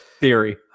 Theory